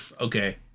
okay